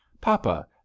Papa